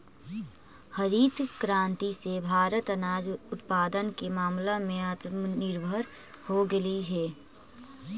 हरित क्रांति से भारत अनाज उत्पादन के मामला में आत्मनिर्भर हो गेलइ हे